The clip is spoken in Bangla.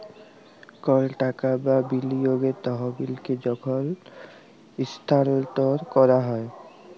কল টাকা বা বিলিয়গের তহবিলকে যখল ইস্থালাল্তর ক্যরা হ্যয়